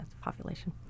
population